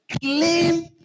claim